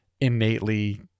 innately